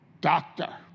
doctor